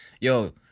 yo